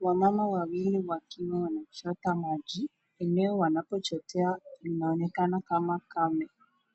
Wamama wawili wakiwa wanachota maji. Eneo wanapochotea inaonekana kama kame.